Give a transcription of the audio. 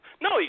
No